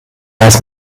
weiß